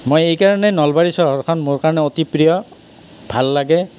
মই এইকাৰণে নলবাৰী চহৰখন মোৰ কাৰণে অতি প্ৰিয় ভাল লাগে